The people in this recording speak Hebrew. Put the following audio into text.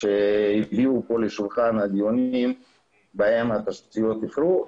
מקרקעי ישראל בהן התשתיות אחרו.